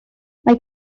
mae